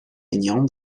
aignan